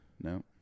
No